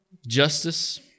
justice